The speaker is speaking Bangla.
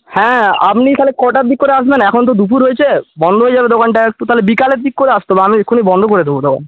হ্যাঁ আপনি তাহলে কটার দিক করে আসবেন এখন তো দুপুর হয়েছে বন্ধ হয়ে যাবে দোকানটা একটু তাহলে বিকালের দিক করে আসতে হবে আমি এক্ষুনি বন্ধ করে দেবো দোকান